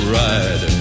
ride